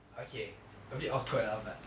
okay a bit awkward ah but